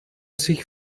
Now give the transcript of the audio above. sich